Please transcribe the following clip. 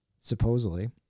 supposedly